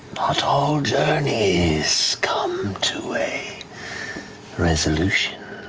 but all journeys come to a resolution.